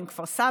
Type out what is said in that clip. עם כפר סבא,